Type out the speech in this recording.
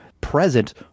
present